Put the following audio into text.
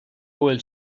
bhfuil